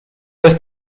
jest